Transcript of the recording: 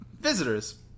Visitors